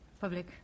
public